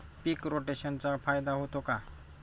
पीक रोटेशनचा फायदा होतो का?